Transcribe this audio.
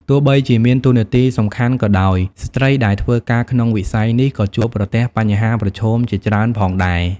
ទោះបីជាមានតួនាទីសំខាន់ក៏ដោយ ស្ត្រីដែលធ្វើការក្នុងវិស័យនេះក៏ជួបប្រទះបញ្ហាប្រឈមជាច្រើនផងដែរ។